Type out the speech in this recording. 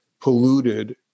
polluted